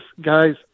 guys